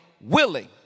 willing